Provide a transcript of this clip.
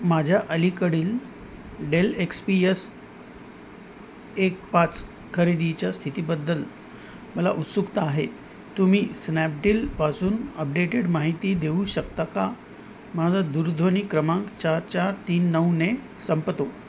माझ्या अलीकडील Dell X P S एक पाच खरेदीच्या स्थितीबद्दल मला उत्सुकता आहे तुम्ही स्नॅपडीलपासून अपडेटेड माहिती देऊ शकता का माझा दूरध्वनी क्रमांक चार चार तीन नऊने संपतो